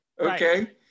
okay